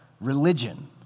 Religion